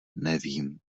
nevím